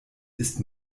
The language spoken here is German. ist